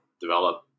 develop